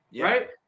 Right